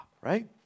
right